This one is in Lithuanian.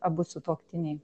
abu sutuoktiniai